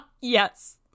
Yes